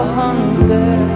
hunger